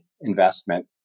investment